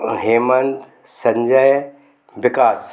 Hemant Sanjay Vikas